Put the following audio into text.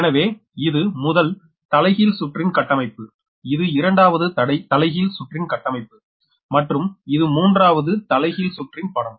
எனவே இது முதல் தலைகீழ் சுற்றின் கட்டமைப்பு இது இரண்டாவது தலைகீழ் சுற்றின் கட்டமைப்பு மற்றும் இது மூன்றாவது தலைகீழ் சுற்றின் படம்